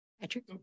Patrick